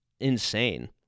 insane